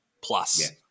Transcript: plus